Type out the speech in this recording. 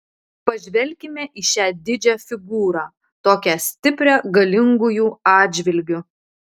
pažvelkime į šią didžią figūrą tokią stiprią galingųjų atžvilgiu